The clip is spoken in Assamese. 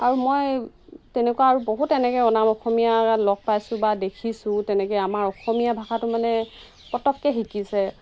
আৰু মই তেনেকুৱা আৰু বহুত এনেকৈ অনাঅসমীয়া লগ পাইছোঁ বা দেখিছোঁ তেনেকৈ আমাৰ অসমীয়া ভাষাটো মানে পটককৈ শিকিছে